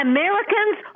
Americans